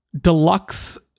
Deluxe